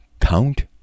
count